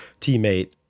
teammate